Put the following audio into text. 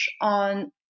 on